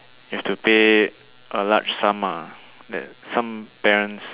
you have to pay a large sum ah like some bills